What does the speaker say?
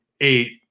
eight